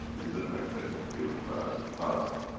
is a magnetic field plasma.